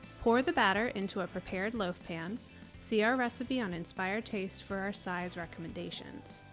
pour the batter into a prepared loaf pan see our recipe on inspired taste for our size recommendations.